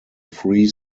free